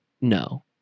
No